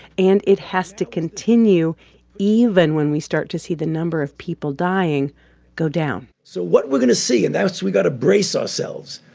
and it has to continue even when we start to see the number of people dying go down so what we're going to see and that's we got to brace ourselves.